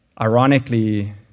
ironically